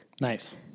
Nice